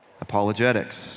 apologetics